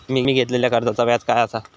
मी घेतलाल्या कर्जाचा व्याज काय आसा?